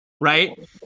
right